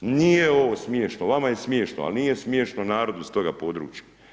Nije ovo smiješno, vama je smiješno ali nije smiješno narodu iz toga područja.